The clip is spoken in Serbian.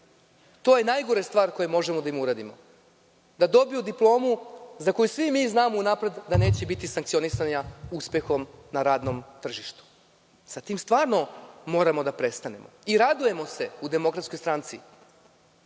To je najgora stvar koju možemo da im uradimo, da dobiju diplomu za koju svi mi znamo unapred da neće biti sankcionisana uspehom na radnom tržištu. Sa tim zaista moramo da prestanemo i radujemo se u DS što ćemo